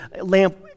lamp